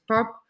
Pop